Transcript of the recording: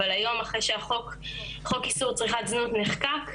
אבל היום אחרי שחוק איסור צריכת זנות נחקק,